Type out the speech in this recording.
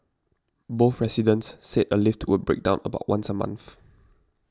both residents said a lift would break down about once a month